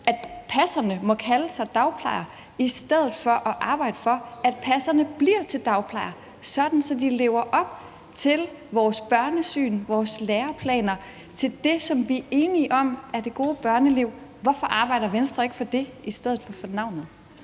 at passerne må kalde sig dagplejere, i stedet for at arbejde for, at passerne bliver til dagplejere, så de lever op til vores børnesyn, vores læreplaner, til det, som vi er enige om er det gode børneliv. Hvorfor arbejder Venstre ikke for det i stedet for for navnet?